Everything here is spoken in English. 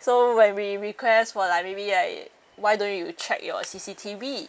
so when we request for like maybe like why don't you check your C_C_T_V